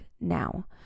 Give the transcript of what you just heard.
now